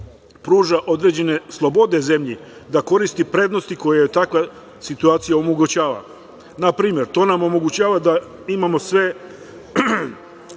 pruža određene slobode zemlji da koristi prednosti koje joj takva situacija omogućava. Na primer, to nam omogućava da imamo sve